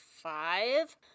five